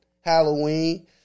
halloween